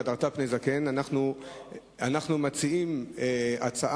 "והדרת פני זקן" אנחנו מציעים הצעה: